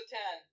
ten